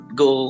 go